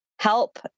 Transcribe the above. help